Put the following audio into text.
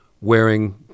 wearing